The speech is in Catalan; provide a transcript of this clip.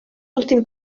últim